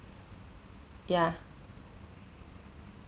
ya